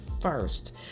first